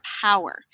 power